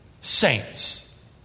Saints